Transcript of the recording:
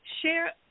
Share